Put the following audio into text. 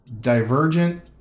Divergent